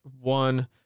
One